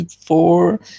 four